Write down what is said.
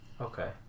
Okay